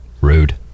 Rude